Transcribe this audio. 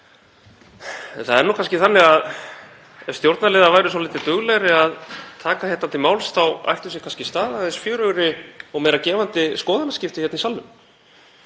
það er nú kannski þannig að ef stjórnarliðar væru svolítið duglegri að taka til máls þá ættu sér stað aðeins fjörugri og meira gefandi skoðanaskipti hérna í salnum.